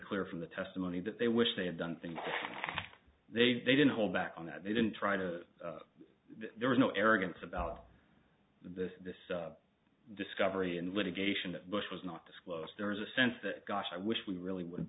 clear from the testimony that they wish they had done things that they didn't hold back on that they didn't try to there was no arrogance about the discovery and litigation that bush was not disclosed there was a sense that gosh i wish we really would